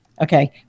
okay